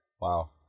Wow